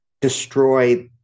Destroy